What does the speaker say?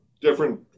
different